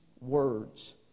words